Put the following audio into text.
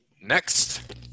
Next